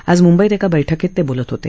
आज म्ंबईत एका बैठकीत ते बोलत होते